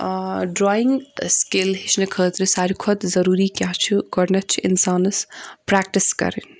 drawing skill ہیٚچھنہٕ خٲطرٕ ساروی کھۄتہٕ ضروٗری کیاہ چھُ گۄڈنؠتھ چھُ اِنسانَس پرٛیکٹِس کَرٕنۍ